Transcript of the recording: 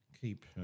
Keep